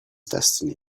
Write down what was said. destiny